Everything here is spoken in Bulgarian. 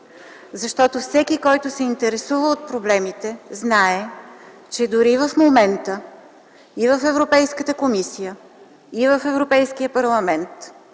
Защото всеки, който се интересува от проблемите, знае, че дори и в момента и в Европейската комисия, и в Европейския парламент,